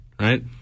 Right